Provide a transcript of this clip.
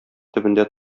төбендә